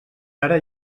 ara